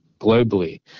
globally